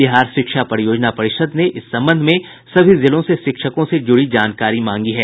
बिहार शिक्षा परियोजना परिषद ने इस संबंध में सभी जिलों से शिक्षकों से जुड़ी जानकारी मांगी है